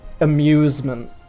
amusement